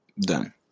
Done